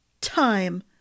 Time